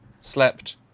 slept